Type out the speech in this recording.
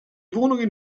wohnungen